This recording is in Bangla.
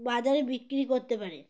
বাজারে বিক্রি করতে পারে